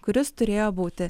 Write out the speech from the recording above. kuris turėjo būti